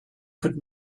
could